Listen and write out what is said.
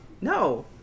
no